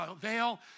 veil